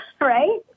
right